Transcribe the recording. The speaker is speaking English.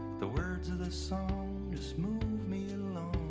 the words of the song just move me and